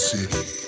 City